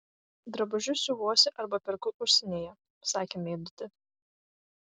drabužius siuvuosi arba perku užsienyje sakė meidutė